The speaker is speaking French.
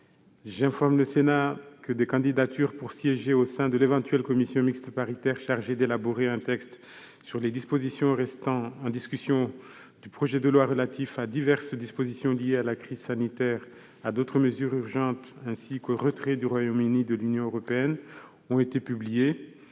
J'informe le Sénat que des candidatures pour siéger au sein de l'éventuelle commission mixte paritaire chargée d'élaborer un texte sur les dispositions restant en discussion du projet de loi relatif à diverses dispositions liées à la crise sanitaire, à d'autres mesures urgentes ainsi qu'au retrait du Royaume-Uni de l'Union européenne ont été publiées.